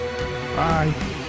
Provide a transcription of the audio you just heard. Bye